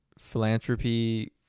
philanthropy